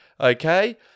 Okay